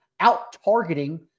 out-targeting